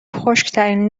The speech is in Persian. خشکترین